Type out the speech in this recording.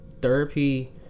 therapy